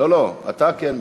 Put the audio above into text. אתה כן משם.